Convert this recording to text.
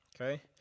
okay